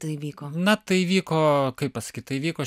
tai įvyko na tai įvyko kaip pasakyt tai įvyko